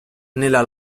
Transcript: nella